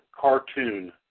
cartoon